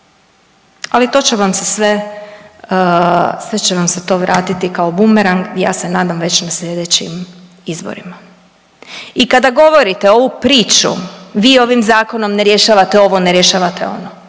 Ali to će vam se sve, sve će vam se to vratiti kao bumerang i ja se nadam već na sljedećim izborima i kada govorite ovu priču, vi ovim zakonom ne rješavate ovo, ne rješavate ono,